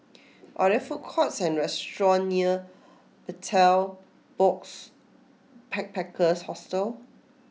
are there food courts or restaurants near Betel Box Backpackers Hostel